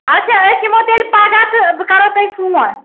اچھا أسۍ یِمو تیٚلہِ پگاہ تہٕ بہٕ کرہو تۄہہِ فون